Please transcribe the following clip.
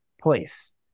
place